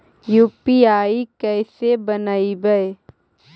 UPI कैसे बनइबै?